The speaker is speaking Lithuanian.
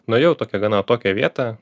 nuėjau į tokią gana atokią vietą